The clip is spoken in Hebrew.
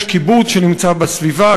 יש קיבוץ שנמצא בסביבה,